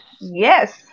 yes